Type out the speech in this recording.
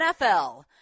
NFL